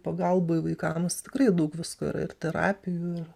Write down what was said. pagalboj vaikams tikrai daug visko yra ir terapijų ir